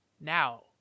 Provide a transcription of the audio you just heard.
now